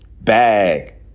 bag